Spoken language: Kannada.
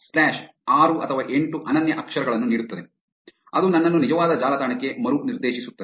com ಸ್ಲ್ಯಾಷ್ ಆರು ಅಥವಾ ಎಂಟು ಅನನ್ಯ ಅಕ್ಷರಗಳನ್ನು ನೀಡುತ್ತದೆ ಅದು ನನ್ನನ್ನು ನಿಜವಾದ ಜಾಲತಾಣಕ್ಕೆ ಮರುನಿರ್ದೇಶಿಸುತ್ತದೆ